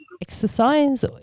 exercise